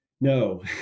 no